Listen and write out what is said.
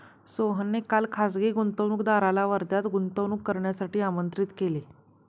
सोहनने काल खासगी गुंतवणूकदाराला वर्ध्यात गुंतवणूक करण्यासाठी आमंत्रित केले